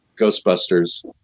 Ghostbusters